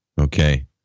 Okay